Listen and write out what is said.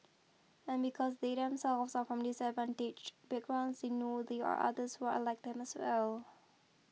and because they themselves are from disadvantaged backgrounds they know there are others who are like them as well